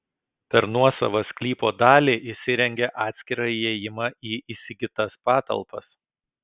per nuosavą sklypo dalį įsirengė atskirą įėjimą į įsigytas patalpas